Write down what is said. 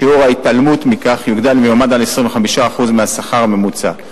שיעור ההתעלמות מכך יוגדל ויועמד על 25% מהשכר הממוצע,